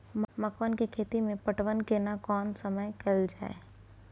मकई के खेती मे पटवन केना कोन समय कैल जाय?